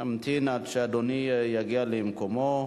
נמתין עד שאדוני יגיע למקומו.